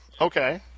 Okay